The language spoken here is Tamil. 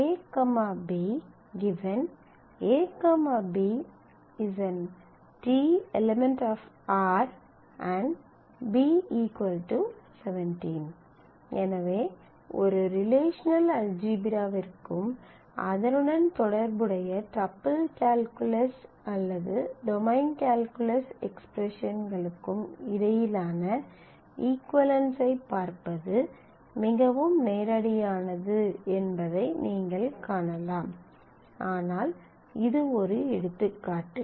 a b | a b t € r b 17 எனவே ஒரு ரிலேஷனல் அல்ஜீப்ராவிற்கும் அதனுடன் தொடர்புடைய டப்பிள் கால்குலஸ் அல்லது டொமைன் கால்குலஸ் எக்ஸ்பிரஸன்களுக்கும் இடையிலான இகுவளென்ஸ் ஐப் பார்ப்பது மிகவும் நேரடியானது என்பதை நீங்கள் காணலாம் ஆனால் இது ஒரு எடுத்துக்காட்டு